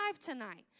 tonight